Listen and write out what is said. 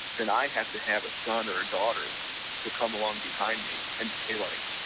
then i have to have a son or a daughter to come along behind me and say like,